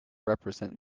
represent